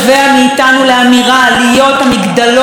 להציג אלטרנטיבה ברורה וחדה.